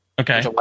Okay